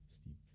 steep